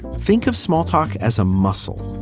think of small talk as a muscle,